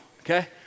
okay